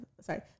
Sorry